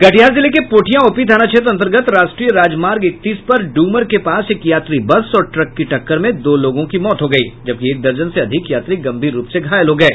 कटिहार जिले के पोठिया ओपी थाना क्षेत्र अंतर्गत राष्ट्रीय राजमार्ग इकतीस पर ड्मर के पास एक यात्री बस और ट्रक की टक्कर में दो लोगों की मौत हो गयी जबकि एक दर्जन से अधिक यात्री गंभीर रूप से घायल हो गये